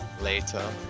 later